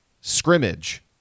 scrimmage